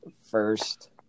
first